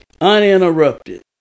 uninterrupted